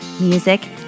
music